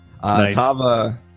Tava